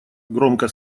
громко